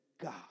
God